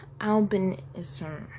albinism